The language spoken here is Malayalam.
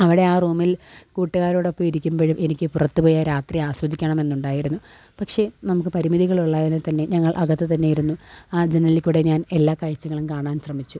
അവിടെ ആ റൂമിൽ കൂട്ടുകാരോടൊപ്പം ഇരിക്കുമ്പോഴും എനിക്ക് പുറത്ത് പോയാ രാത്രി ആസ്വദിക്കണമെന്നുണ്ടായിരുന്നു പക്ഷെ നമുക്ക് പരിമിതികൾ ഉള്ളായതിൽത്തന്നെ ഞങ്ങൾ അകത്ത് തന്നെയിരുന്നു ആ ജനലില്ക്കൂടെ ഞാൻ എല്ലാ കാഴ്ചകളും കാണാൻ ശ്രമിച്ചു